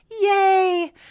Yay